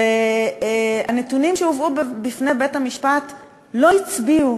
והנתונים שהובאו בפני בית-המשפט לא הצביעו